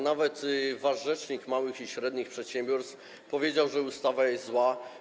Nawet wasz rzecznik małych i średnich przedsiębiorców powiedział, że ustawa jest zła.